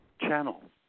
channel